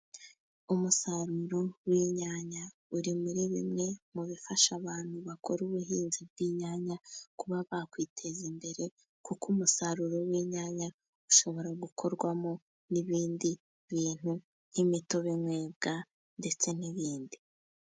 Umusaruro w'inyanya uri muri bimwe mu bifasha abantu bakora ubuhinzi bw'inyanya kuba bakwiteza imbere, kuko umusaruro w'inyanya ushobora gukorwamo n'ibindi bintu nk'imitobe inywebwa ndetse n'ibindi.